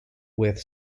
with